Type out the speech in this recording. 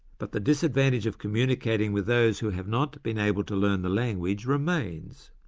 but the disadvantage of communicating with those who have not been able to learn the language remains.